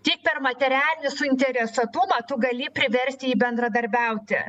tik per materialinį suinteresuotumą tu gali priverst jį bendradarbiauti